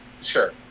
Sure